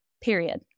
Period